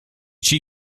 she